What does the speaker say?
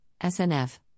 SNF